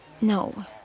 No